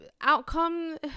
outcome